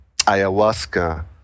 ayahuasca